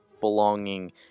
belonging